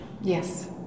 Yes